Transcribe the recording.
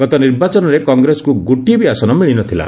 ଗତ ନିର୍ବାଚନରେ କଂଗ୍ରେସକୁ ଗୋଟିଏ ବି ଆସନ ମିଳି ନ ଥଲା